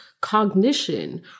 cognition